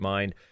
Mind